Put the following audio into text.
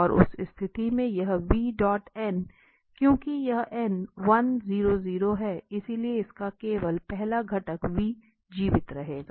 और उस स्थिति में यह क्योंकि यहाँ 100 है इसलिए इसका केवल पहला घटक जीवित रहेगा